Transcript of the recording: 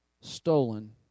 stolen